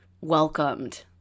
welcomed